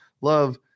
love